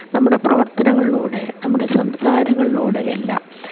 നമ്മുടെ പ്രവർത്തനങ്ങളിലൂടെ നമ്മുടെ സംസാരങ്ങളിലൂടെ എല്ലാം